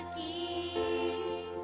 d a